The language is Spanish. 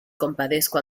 compadezco